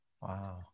Wow